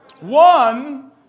One